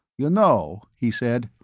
you know, he said.